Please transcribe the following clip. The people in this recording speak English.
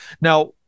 now